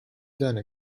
done